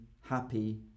happy